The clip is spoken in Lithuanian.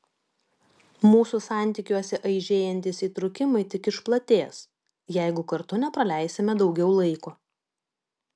mūsų santykiuose aižėjantys įtrūkimai tik išplatės jeigu kartu nepraleisime daugiau laiko